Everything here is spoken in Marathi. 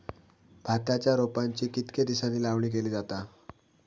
भाताच्या रोपांची कितके दिसांनी लावणी केली जाता?